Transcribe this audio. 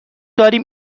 داریم